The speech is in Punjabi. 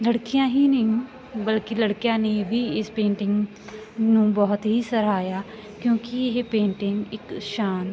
ਲੜਕੀਆਂ ਹੀ ਨੇ ਬਲਕਿ ਲੜਕਿਆਂ ਨੇ ਵੀ ਇਸ ਪੇਂਟਿੰਗ ਨੂੰ ਬਹੁਤ ਹੀ ਸਰਾਹਿਆ ਕਿਉਂਕਿ ਇਹ ਪੇਂਟਿੰਗ ਇੱਕ ਸ਼ਾਂਤ